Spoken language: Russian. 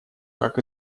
как